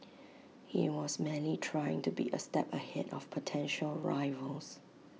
he was merely trying to be A step ahead of potential rivals